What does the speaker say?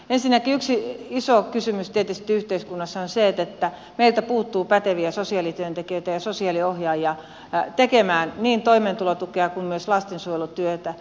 ensinnäkin iso kysymys tietysti yhteiskunnassa on se että meiltä puuttuu päteviä sosiaalityöntekijöitä ja sosiaaliohjaajia hoitamaan niin toimeentulotukea kuin myös lastensuojelutyötä